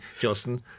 Justin